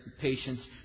patients